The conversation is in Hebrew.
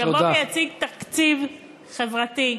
שיבוא ויציג תקציב חברתי.